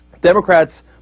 Democrats